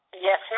Yes